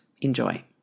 Enjoy